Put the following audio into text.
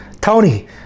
Tony